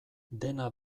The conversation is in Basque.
dena